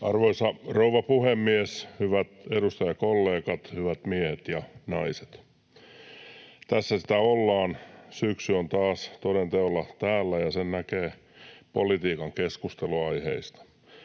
Arvoisa rouva puhemies! Hyvät edustajakollegat, hyvät miehet ja naiset! Tässä sitä ollaan. Syksy on taas toden teolla täällä, ja sen näkee politiikan keskusteluaiheista.